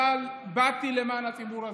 אבל באתי למען הציבור הזה.